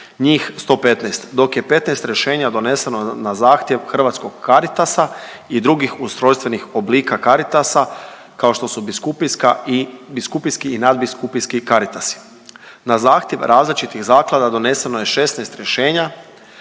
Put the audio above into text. Njih 115. Dok je 15 rješenja doneseno na zahtjev hrvatskog Caritasa i drugih ustrojstvenih oblika Caritasa kao što su biskupijski i nadbiskupijski Caritasi. Na zahtjev različitih zaklada doneseno je 16 rješenja,